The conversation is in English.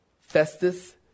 Festus